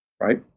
Right